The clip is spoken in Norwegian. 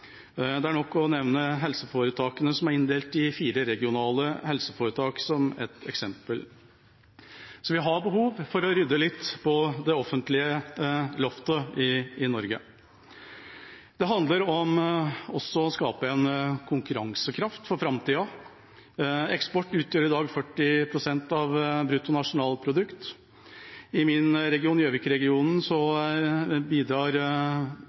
Det er nok å nevne helseforetakene – som er inndelt i fire regionale helseforetak – som et eksempel. Så vi har behov for å rydde litt på det offentlige loftet i Norge. Det handler også om å skape en konkurransekraft for framtida. Eksport utgjør i dag 40 pst. av bruttonasjonalprodukt. I min region, Gjøvik-regionen, bidrar